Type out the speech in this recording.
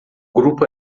grupo